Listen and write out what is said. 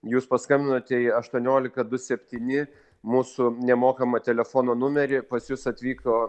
jūs paskambinote į aštuoniolika du septyni mūsų nemokamą telefono numerį pas jus atvyko